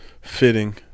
fitting